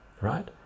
right